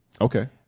Okay